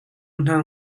hna